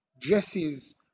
Dresses